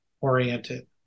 oriented